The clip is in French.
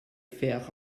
faire